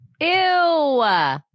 Ew